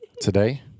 Today